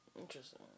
Interesting